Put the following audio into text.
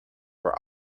were